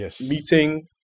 meeting